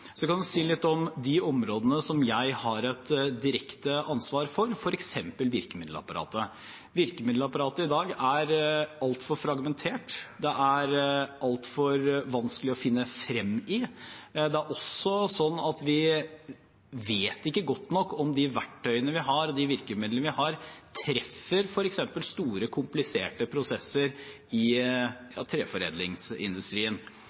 Jeg kan si litt om de områdene jeg har et direkte ansvar for, f.eks. virkemiddelapparatet. Virkemiddelapparatet er i dag altfor fragmentert. Det er altfor vanskelig å finne frem i. Det er også sånn at vi ikke vet godt nok om de verktøyene og virkemidlene vi har, treffer f.eks. store og kompliserte prosesser i